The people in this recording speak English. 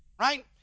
Right